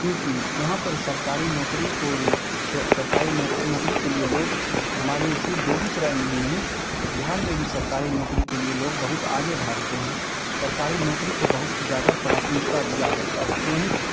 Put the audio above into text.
क्योंकि यहाँ पर सरकारी नौकरी को सरकारी नौक नौकरी के लिए लोग हमारे इसी बेगूसराय में ही नहीं बिहार में भी सरकारी नौकरी के लिए लोग बहुत आगे भागते हैं सरकारी नौकरी को बहुत ही ज़्यादा प्राथमिकता दिया जाता है वहीं